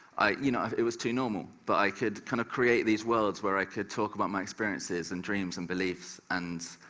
you know it was too normal, but i could kind of create these worlds where i could talk about my experiences and dreams and beliefs. and